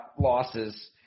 losses –